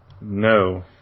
No